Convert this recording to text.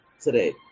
today